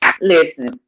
Listen